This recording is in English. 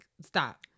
Stop